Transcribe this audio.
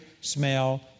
smell